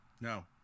No